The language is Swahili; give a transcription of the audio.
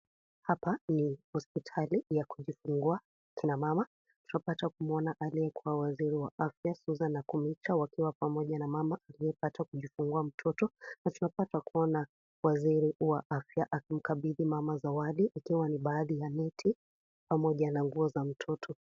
Hapa ni hospitali ya kujifungua kina mama. Tunapata kuona aliyekuwa waziri wa afya, Susan Nkhumicha, wakiwa pamoja na mama ametoka kujifungua mtoto na tunapata kuona waziri wa afya akimkabidhi mama zawadi ikiwa ni baadhi ya neti pamoja na nguo za mtoto.